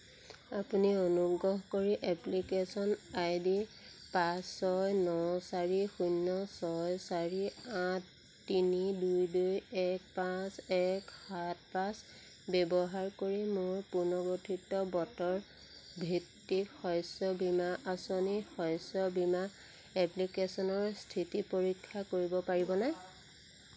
আপুনি অনুগ্ৰহ কৰি এপ্লিকেচন আই ডি পাঁচ ছয় ন চাৰি শূন্য ছয় চাৰি আঠ তিনি দুই দুই এক পাঁচ এক সাত পাঁচ ব্যৱহাৰ কৰি মোৰ পুনৰ্গঠিত বতৰ ভিত্তিক শস্য বীমা আঁচনি শস্য বীমা এপ্লিকেচনৰ স্থিতি পৰীক্ষা কৰিব পাৰিবনে